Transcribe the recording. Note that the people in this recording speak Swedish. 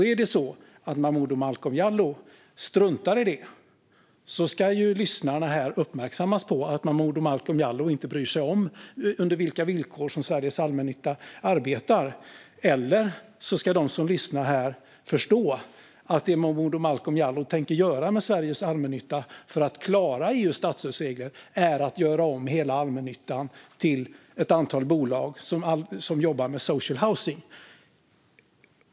Är det så att Momodou Malcolm Jallow struntar i detta ska lyssnarna här uppmärksammas på att Momodou Malcolm Jallow inte bryr sig om under vilka villkor Sveriges Allmännytta arbetar, eller så ska de som lyssnar här förstå att det som Momodou Malcolm Jallow tänker göra med Sveriges Allmännytta för att klara EU:s statsstödsregler är att göra om hela allmännyttan till ett antal bolag som jobbar med social housing.